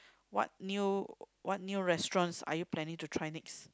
what new what new restaurants are you planning to try next